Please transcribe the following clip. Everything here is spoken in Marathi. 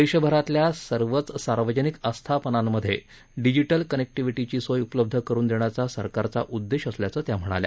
देशभरातल्या सर्वच सार्वजनिक आस्थापनांमध्ये डिजीटल कनेक्टिव्हिटीची सोय उपलब्ध करून देण्याचा सरकारचा उद्देश असल्याचं त्या म्हणाल्या